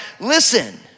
listen